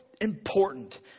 important